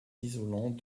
isolants